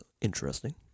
Interesting